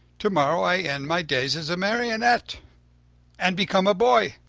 tomorrow i end my days as a marionette and become a boy,